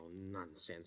nonsense